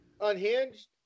Unhinged